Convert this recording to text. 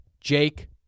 Jake